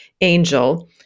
Angel